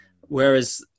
Whereas